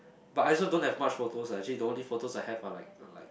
but I also don't have much photos lah actually the only photos I have are like are like like